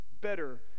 better